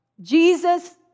Jesus